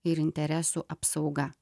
ir interesų apsauga